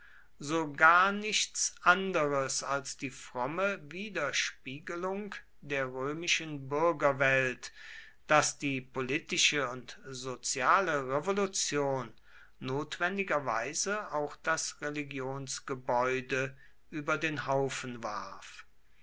so gar nichts anderes als die fromme widerspiegelung der römischen bürgerwelt daß die politische und soziale revolution notwendigerweise auch das religionsgebäude über den haufen warf